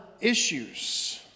issues